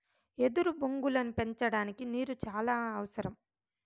ఎదురు బొంగులను పెంచడానికి నీరు చానా అవసరం